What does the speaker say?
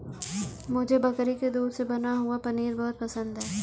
मुझे बकरी के दूध से बना हुआ पनीर बहुत पसंद है